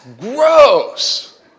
gross